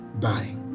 Bye